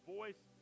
voice